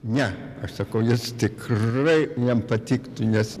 ne aš sakau jis tikrai jam patiktų nes